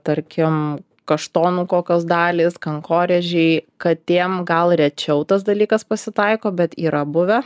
tarkim kaštonų kokios dalys kankorėžiai katėm gal rečiau tas dalykas pasitaiko bet yra buvę